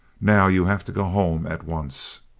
now you have to go home at once.